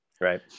Right